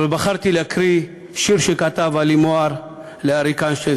אבל בחרתי להקריא שיר שכתב עלי מוהר לאריק איינשטיין,